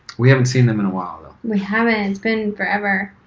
we haven't seen them in a while though. we haven't, it's been forever.